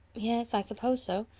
yes, i suppose so,